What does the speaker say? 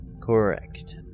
Correct